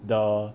the